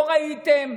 לא ראיתם?